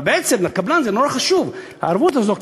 אבל לקבלן מאוד חשובה הערבות הזאת,